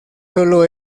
solo